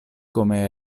come